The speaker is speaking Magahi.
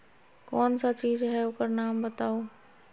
कौन सा चीज है ओकर नाम बताऊ?